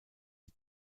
die